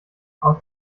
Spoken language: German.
aus